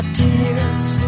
tears